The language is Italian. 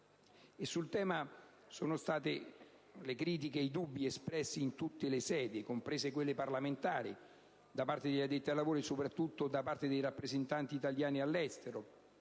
Sul tema sono stati espressi critiche e dubbi in tutte le sedi, comprese quelle parlamentari, da parte degli addetti ai lavori, e soprattutto da parte dei rappresentanti italiani all'estero,